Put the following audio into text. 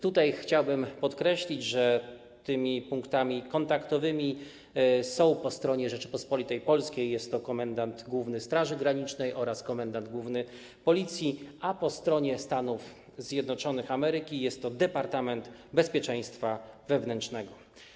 Tutaj chciałbym podkreślić, że tymi punktami kontaktowymi po stronie Rzeczypospolitej Polskiej są komendant główny Straży Granicznej oraz komendant główny Policji, a po stronie Stanów Zjednoczonych Ameryki - Departament Bezpieczeństwa Wewnętrznego.